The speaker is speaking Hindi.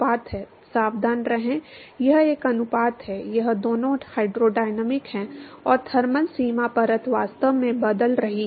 सावधान रहें यह एक अनुपात है यह दोनों हाइड्रोडायनामिक है और थर्मल सीमा परत वास्तव में बदल रही है